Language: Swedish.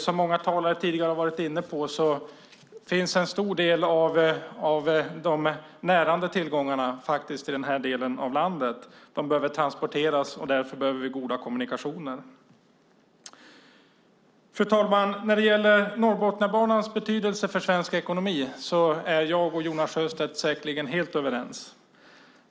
Som många talare tidigare har varit inne på finns en stor del av de närande tillgångarna faktiskt i den här delen av landet. De behöver transporteras, och därför behöver vi goda kommunikationer. Fru talman! När det gäller Norrbotniabanans betydelse för svensk ekonomi är jag och Jonas Sjöstedt säkerligen helt överens.